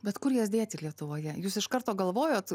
bet kur jas dėti lietuvoje jūs iš karto galvojot